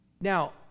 Now